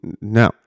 no